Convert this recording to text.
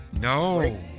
No